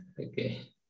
Okay